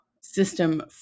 system